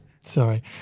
sorry